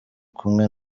kumwe